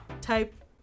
type